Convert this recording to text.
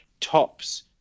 tops